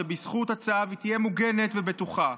שבזכות הצו היא תהיה מוגנת ובטוחה.